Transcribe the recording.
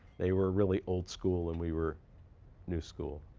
they were really old school and we were new school.